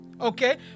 okay